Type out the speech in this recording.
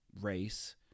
race